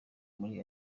muri